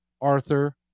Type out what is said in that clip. Arthur